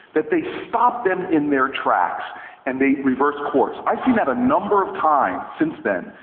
that they stopped them in their tracks and they reversed courts. i've seen that a number of times since then,